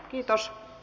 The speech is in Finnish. vitos